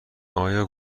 آیا